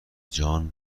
جان